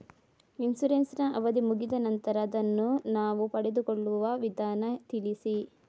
Insurance ನ ಅವಧಿ ಮುಗಿದ ನಂತರ ಅದನ್ನು ನಾವು ಪಡೆದುಕೊಳ್ಳುವ ವಿಧಾನ ತಿಳಿಸಿ?